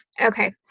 Okay